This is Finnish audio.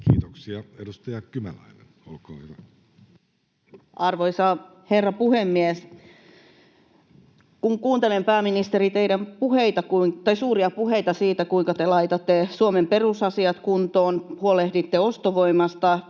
vuodelle 2025 Time: 16:53 Content: Arvoisa herra puhemies! Kun kuuntelen, pääministeri, teidän suuria puheita siitä, kuinka te laitatte Suomen perusasiat kuntoon, huolehditte ostovoimasta,